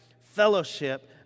fellowship